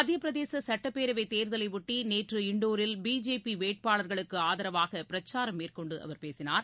மத்தியப்பிரதேச சட்டப்பேரவைத் தேர்தலையொட்டி நேற்று இந்தோரில் பிஜேபி வேட்பாளர்களுக்கு ஆதரவாக பிரச்சாரம் மேற்கொண்டு அவர் பேசினார்